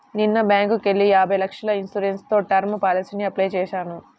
నిన్న బ్యేంకుకెళ్ళి యాభై లక్షల ఇన్సూరెన్స్ తో టర్మ్ పాలసీకి అప్లై చేశాను